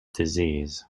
disease